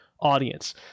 audience